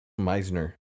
Meisner